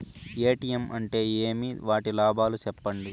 ATM అంటే ఏమి? వాటి లాభాలు సెప్పండి